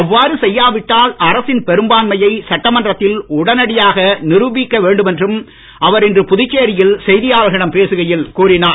அவ்வாறு செய்யாவிட்டால் அரசின் பெரும்பான்மையை சட்டமன்றத்தில் உடனடியாக நிறுவிக்க வேண்டும் என்று அவர் இன்று புதுச்சேரியில் செய்தியாளர்களிடன் பேசுகையில் கூறினார்